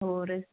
ਹੋਰ